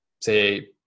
say